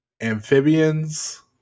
amphibians